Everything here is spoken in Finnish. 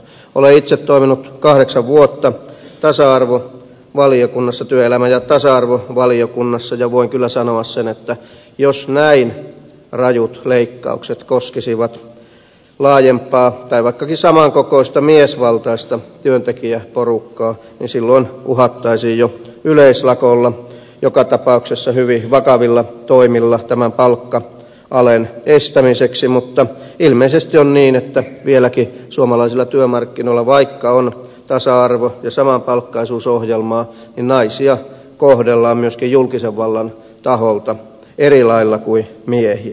olen itse toiminut kahdeksan vuotta työelämä ja tasa arvovaliokunnassa ja voin kyllä sanoa sen että jos näin rajut leikkaukset koskisivat laajempaa tai vaikka saman kokoista miesvaltaista työntekijäporukkaa niin silloin uhattaisiin jo yleislakolla joka tapauksessa hyvin vakavilla toimilla tämän palkka alen estämiseksi mutta ilmeisesti on niin että vieläkin suomalaisilla työmarkkinoilla vaikka on tasa arvo ja samapalkkaisuusohjelmaa naisia kohdellaan myöskin julkisen vallan taholta eri lailla kuin miehiä